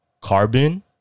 carbon